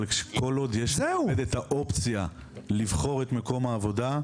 אבל כל עוד שיש לעובד את האופציה לבחור את מקום העבודה,